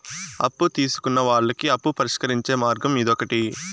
అప్పు తీసుకున్న వాళ్ళకి అప్పు పరిష్కరించే మార్గం ఇదొకటి